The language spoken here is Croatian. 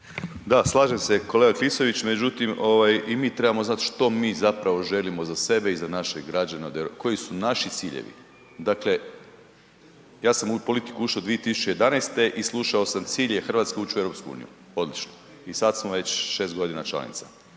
Da, slažem se kolega Klisović, međutim i mi trebamo znati što mi želimo za sebe i za naše građane, koji su naši ciljevi. Dakle, ja sam u politiku ušao 2011. i slušao sam cilj je Hrvatske ući u EU, odlično, i sada smo već šest godina članica.